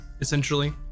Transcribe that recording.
essentially